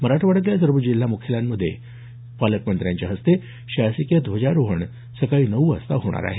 मराठवाड्यातल्या सर्व जिल्ह्यांमध्ये पालकमंत्र्याच्या हस्ते शासकीय ध्वजारोहण उद्या सकाळी नऊ वाजता होणार आहे